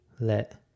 let